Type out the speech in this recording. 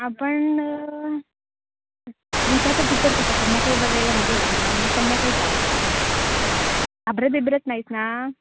आपण भुताचं पिक्चर कसा संध्याकाळी बघायला मजा येते ना मग संध्याकाळीच जाऊया आपण घाबरत बिबरत नाहीस ना